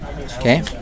okay